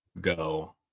go